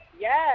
Yes